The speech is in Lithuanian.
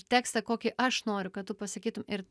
tekstą kokį aš noriu kad tu pasakytum ir